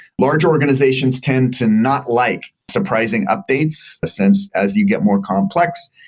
large organizations tend to not like surprising updates, since as you get more complex,